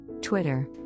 Twitter